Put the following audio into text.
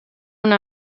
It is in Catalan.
una